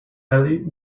ellie